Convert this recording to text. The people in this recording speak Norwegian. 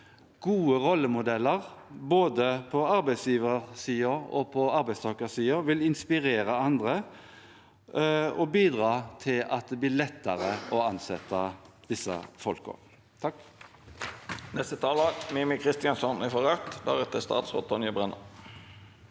Gode rollemodeller både på arbeidsgiversiden og på arbeidstakersiden vil inspirere andre og bidra til at det blir lettere å ansette disse folkene. Mímir